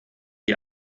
die